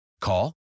Call